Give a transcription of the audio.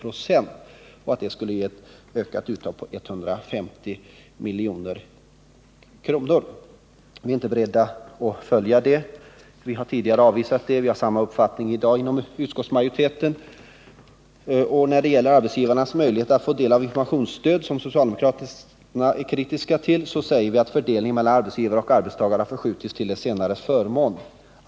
Höjningen av avgiften skulle innebära att ca 150 milj.kr. bleve disponibla. Vi är emellertid inte beredda att acceptera detta förslag. Utskottet har redan tidigare avstyrkt förslaget och har även nu samma uppfattning. När det sedan gäller arbetsgivarnas möjligheter att få del av informationsstöd, vilket socialdemokraterna är kritiska mot, kan det också sägas att fördelningen mellan arbetsgivare och arbetstagare har förskjutits till de senares förmån.